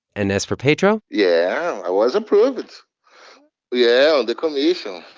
and as for pedro? yeah, i was approved yeah, on the commission,